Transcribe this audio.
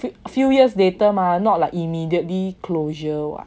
few few years later mah not like immediately closure [what]